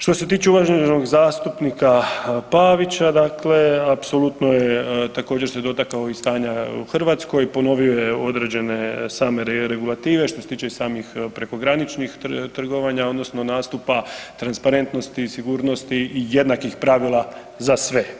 Što se tiče uvaženog zastupnika Pavića, dakle apsolutno je također se dotakao i stanja u Hrvatskoj, ponovio je određene same regulative, što se tiče i samih prekograničnih trgovanja odnosno nastupa transparentnosti i sigurnosti jednakih pravila za sve.